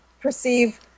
perceive